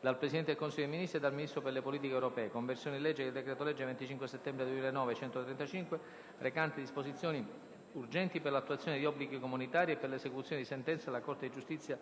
*dal Presidente del Consiglio dei ministri e dal Ministro per le politiche europee:* «Conversione in legge del decreto-legge 25 settembre 2009, n. 135, recante disposizioni urgenti per l'attuazione di obblighi comunitari e per l'esecuzione di sentenze della Corte di giustizia